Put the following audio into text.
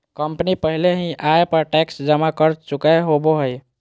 company पहले ही आय पर टैक्स जमा कर चुकय होबो हइ